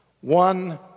one